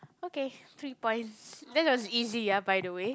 okay three points that was easy ah by the way